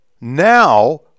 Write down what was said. Now